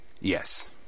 Yes